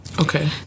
Okay